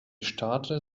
startete